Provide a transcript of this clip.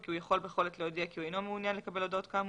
וכי הוא יכול בכל עת להודיע כי הוא אינו מעוניין לקבל הודעות כאמור.